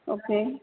okay